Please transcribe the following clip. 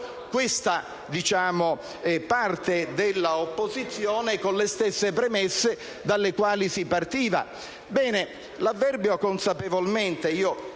questa parte della opposizione, con le stesse premesse dalle quali si partiva.